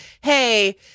hey